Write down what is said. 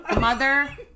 mother